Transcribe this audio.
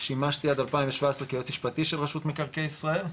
כששימשתי עד 2017 כיועץ משפטי של רשות מקרקעי ישראל,